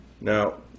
Now